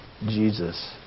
Jesus